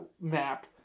map